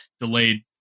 delayed